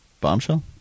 Bombshell